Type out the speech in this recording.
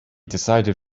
decided